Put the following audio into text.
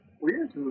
weird